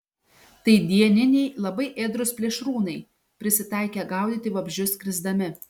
tai dieniniai labai ėdrūs plėšrūnai prisitaikę gaudyti vabzdžius skrisdami